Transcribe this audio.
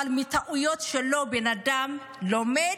אבל מהטעויות שלו בן אדם לומד,